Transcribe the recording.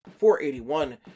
481